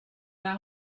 our